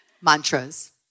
mantras